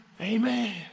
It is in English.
Amen